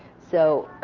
so